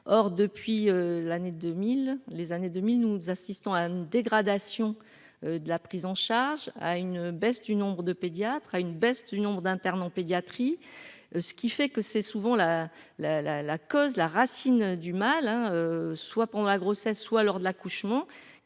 2000, les années 2000, nous assistons à une dégradation de la prise en charge, à une baisse du nombre de pédiatres à une baisse du nombre d'internes en pédiatrie, ce qui fait que c'est souvent la la la la cause, la racine du mal, hein, soit pour ma grossesse, soit lors de l'accouchement,